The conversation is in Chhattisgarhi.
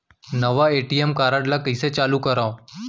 नवा ए.टी.एम कारड ल कइसे चालू करव?